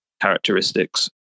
characteristics